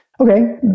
Okay